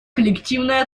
коллективной